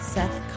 Seth